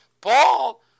Paul